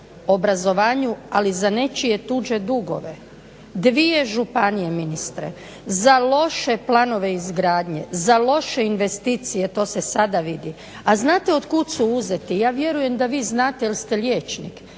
obrazovanju ali za nečije tuđe dugove. Dvije županije ministre za loše planove izgradnje, za loše investicije to se sada vidi, a znate otkud su uzeti? Ja vjerujem da vi znate jer ste liječnik